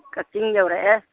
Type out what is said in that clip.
ꯀꯛꯆꯤꯡ ꯌꯧꯔꯛꯑꯦ